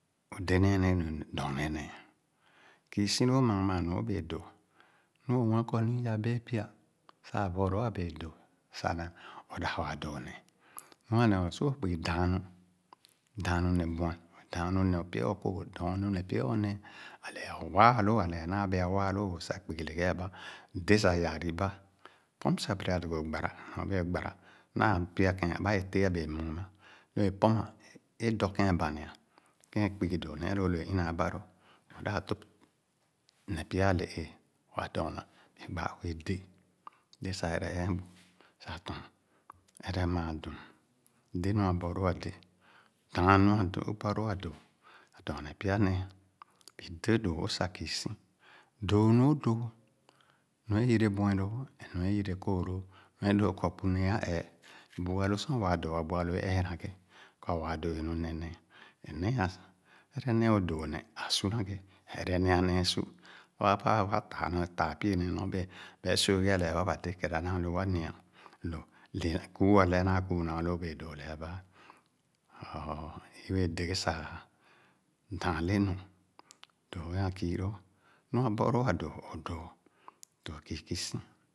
O’dē nee neh nu dɔɔne néé, kii si lóó maa maa nu o’bēe dōō. Lō o’mue kɔ nu i’a bēē py’a sah bɔlóó a’bēē dōō, sah naa, o’wa dóó neh. Nu nāā, su o’kugi dāām nu, dāān nu neh bueh, dāān nu neh pya o’kooh, dɔɔnu neh pya o’néé, a’le waa lóó a’le ānaà be’a waa lóó sah kpugi leghe a’ba, dé sah yaariba. Pɔm sah bera dogo gbàrá nyorbee gbàrá naa bi’a kēēn abà ye teh e’a bēē mum a. Lē e’pɔma, é dɔ kēn a’bania, ;kē kpugi dōō nee lō lō é inaa ba lō. Ō, dāp tōp neh pya a’le ēē, wa dɔɔna i gbaa wēē dé é sah ere eebu sah Iɔ̄ma, ere maa dum, dé nu abɔlóó a’dé, dāān nu a’do, abɔlóó a’do, dɔɔne pya nee. Bi dé dōōwò sah kiisi. Dōō nu i dóó, nu é yere bueh lóó neh nu é yere kooh lóó. Meh lo okɔ bu néé ā ee, bu alō sor waa dóó ā, bu ālō é ee na ghe kɔ waa dōō nu neh néě. Enéé ’a, ere néé o’dóó neh a’sn ne fhe ā ere néé ā ere néé a’nee su. Aba awa taa, nɔ taa pie-néé nɔ bē̄ bae su’e ghe a’lɛɛ ba, ba dé kere a’naà lu wa nia. Kuu alɛ, naa kuu ana alō o’bee dóó lɛa ba’e. So, i wéé dé ghe sah, dāān le nu, dōō nu a’ku loo, nua bɔloo, o’dōō, dōō kii kii si